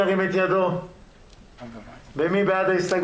מי נגד?